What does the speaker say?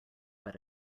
but